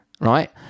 right